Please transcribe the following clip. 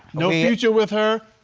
no future with her.